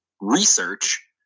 research